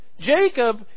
Jacob